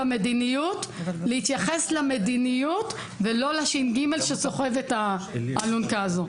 במדיניות להתייחס למדיניות ולא לש"ג שסוחב את האלונקה הזו.